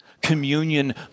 Communion